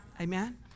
Amen